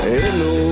Hello